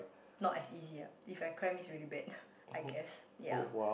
not as easy ah if I cry means really bad I guess ya